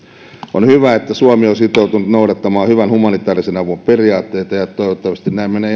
on hyvä että suomi on sitoutunut noudattamaan hyvän humanitaarisen avun periaatteita ja ja toivottavasti näin menee